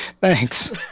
Thanks